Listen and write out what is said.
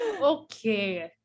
Okay